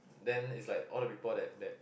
then it's like all the people that that